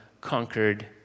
conquered